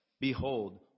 Behold